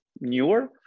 newer